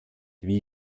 wie